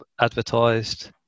advertised